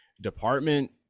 department